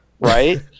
right